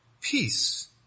peace